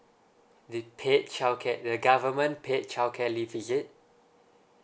the paid childcare the government paid childcare leave is it